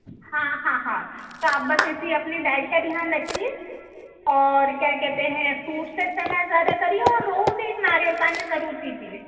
ہاں ہاں ہاں تو آپ بس اسی اپنی ڈائٹ کا دھیان رکھیے اور کیا کہتے ہیں فوڈس کا استعمال زیادہ کریے اور روز ایک ناریل پانی ضرور پیجیے